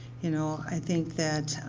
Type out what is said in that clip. you know, i think that